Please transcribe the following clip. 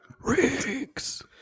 Riggs